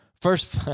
First